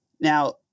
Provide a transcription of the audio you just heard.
Now